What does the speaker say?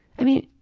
i mean,